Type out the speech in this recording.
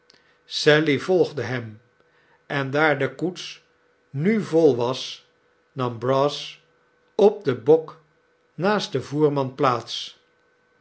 sally volgde hem en daar de koets nu vol was nam brass op den bok naast den voerman plaats